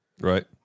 Right